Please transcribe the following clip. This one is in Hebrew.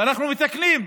ואנחנו מתקנים.